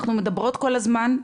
אנחנו מדברות כל הזמן,